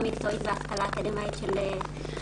מקצועית והשכלה אקדמאית של נשים חרדיות.